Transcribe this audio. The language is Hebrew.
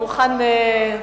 ועדה.